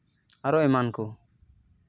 ᱟᱨᱦᱚ ᱮᱢᱟᱱ ᱠᱚ